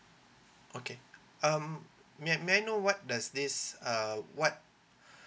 okay um may may I know what does this uh what